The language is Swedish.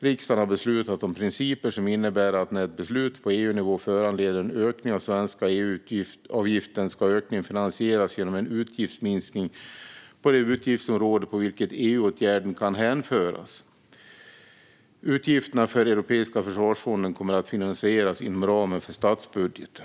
Riksdagen har beslutat om principer som innebär att när ett beslut på EU-nivå föranleder en ökning av den svenska EU-avgiften ska ökningen finansieras genom en utgiftsminskning på det utgiftsområde till vilket EU-åtgärden kan hänföras. Utgifterna för Europeiska försvarsfonden kommer att finansieras inom ramen för statsbudgeten.